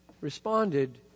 responded